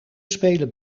spelen